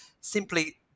simply